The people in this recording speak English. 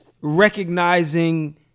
recognizing